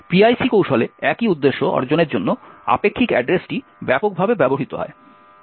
PIC কৌশলে একই উদ্দেশ্য অর্জনের জন্য আপেক্ষিক অ্যাড্রেসটি ব্যাপকভাবে ব্যবহৃত হয়